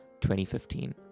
2015